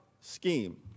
scheme